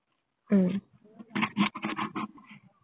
mm